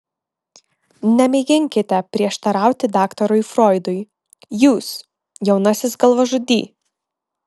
nemėginkite prieštarauti daktarui froidui jūs jaunasis galvažudy